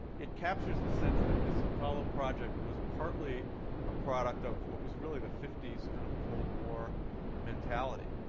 it captures the sense that this apollo project was partly a product of what was really the fifty s, kind of cold war mentality.